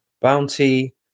Bounty